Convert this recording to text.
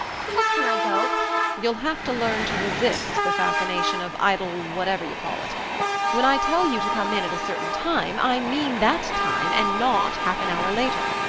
please can i go you'll have to learn to resist the fascination of idle-whatever-you-call-it. when i tell you to come in at a certain time i mean that time and not half an hour later.